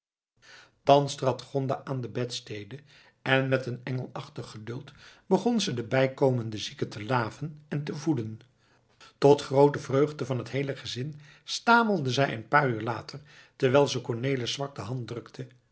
trad gonda aan de bedstede en met een engelachtig geduld begon ze de bijkomende zieke te laven en te voeden tot groote vreugde van het heele gezin stamelde zij een paar uur later terwijl ze cornelis zwak de hand drukte